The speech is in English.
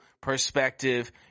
perspective